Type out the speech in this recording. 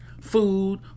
food